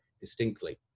distinctly